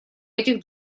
этих